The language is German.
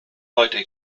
heute